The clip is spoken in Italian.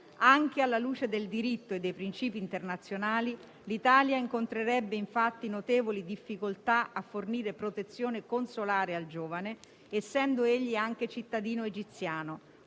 Anche alla luce del diritto e dei principi internazionali, l'Italia incontrerebbe, infatti, notevoli difficoltà a fornire protezione consolare al giovane, essendo egli anche cittadino egiziano,